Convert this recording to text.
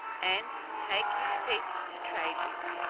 and take his teeth to trade with.